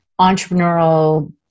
entrepreneurial